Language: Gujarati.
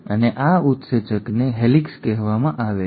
અને આ ઉત્સેચકને હેલિકેસ કહેવામાં આવે છે